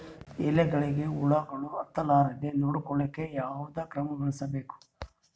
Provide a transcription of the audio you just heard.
ಎಲೆಗಳಿಗ ಹುಳಾಗಳು ಹತಲಾರದೆ ನೊಡಕೊಳುಕ ಯಾವದ ಕ್ರಮ ಬಳಸಬೇಕು?